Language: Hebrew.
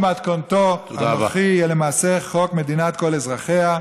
החוק במתכונתו הנוכחית יהיה למעשה חוק מדינת כל אזרחיה.